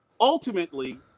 Ultimately